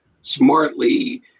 smartly